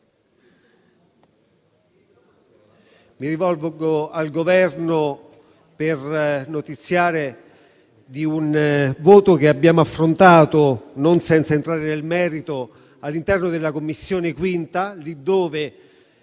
Mi rivolgo al Governo per notiziare di un voto che abbiamo affrontato, non senza entrare nel merito, all'interno della 5ª Commissione, dove